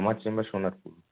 আমার চেম্বার সোনারপুর